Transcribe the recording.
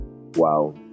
Wow